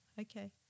Okay